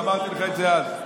אמרתי לך את זה אז.